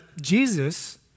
Jesus